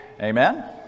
Amen